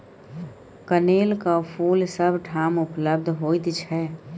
कनेलक फूल सभ ठाम उपलब्ध होइत छै